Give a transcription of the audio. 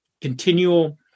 Continual